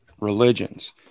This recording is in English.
religions